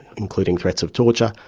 including threats of torture,